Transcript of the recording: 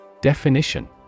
Definition